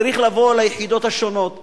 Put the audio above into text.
צריך לבוא ליחידות השונות ולראות,